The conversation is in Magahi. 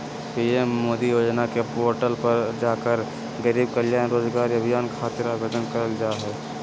पीएम मोदी योजना के पोर्टल पर जाकर गरीब कल्याण रोजगार अभियान खातिर आवेदन करल जा हय